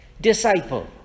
disciple